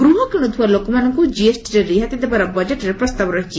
ଗୃହ କିଣୁଥିବା ଲୋକମାନଙ୍କୁ ଜିଏସ୍ଟିରେ ରିହାତି ଦେବାର ବଜେଟ୍ରେ ପ୍ରସ୍ତାବ ରହିଛି